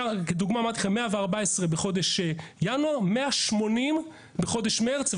לדוגמה, 114,000 בחודש ינואר, 180,000 בחודש מרץ.